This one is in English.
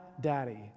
daddy